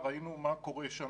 ראינו מה קורה שם,